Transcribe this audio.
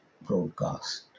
broadcast